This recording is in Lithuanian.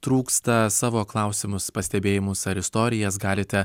trūksta savo klausimus pastebėjimus ar istorijas galite